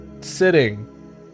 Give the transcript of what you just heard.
sitting